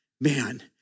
man